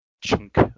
chunk